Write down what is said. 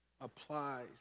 applies